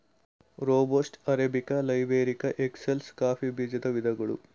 robusta, arabica, liberica, excelsa coffee ಬೀಜದ ವಿಧಗಳು